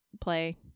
play